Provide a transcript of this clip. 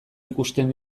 ikusten